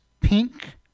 pink